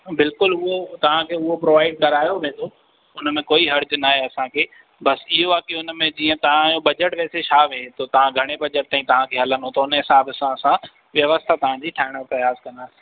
बिल्कुल उहो तव्हांखे उहो प्रोवाइड करायो वेंदो उन में कोई हर्ज़ु न आहे असांखे बसि इहो आहे की उन में जीअं तव्हांजो बजट वैसे छा विहे थो तव्हां घणे बजट ताईं तव्हांखे हलंदो त हुन हिसाब सा असां व्यव्स्था तव्हांजी ठाहिण जो प्रयास कंदासीं